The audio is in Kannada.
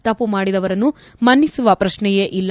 ತಪ್ಪು ಮಾಡಿದವರನ್ನು ಮನ್ನಿಸುವ ಪ್ರಕ್ಷೆಯೇ ಇಲ್ಲ